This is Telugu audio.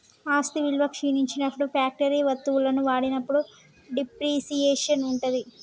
ఆస్తి విలువ క్షీణించినప్పుడు ఫ్యాక్టరీ వత్తువులను వాడినప్పుడు డిప్రిసియేషన్ ఉంటది